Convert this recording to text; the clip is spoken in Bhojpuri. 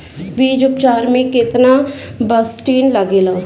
बीज उपचार में केतना बावस्टीन लागेला?